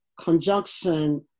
Conjunction